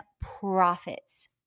profits